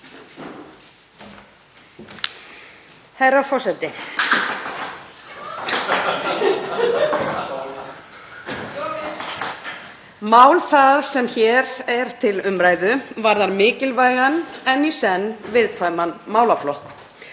Herra forseti. Mál það sem hér er til umræðu varðar mikilvægan en í senn viðkvæman málaflokk.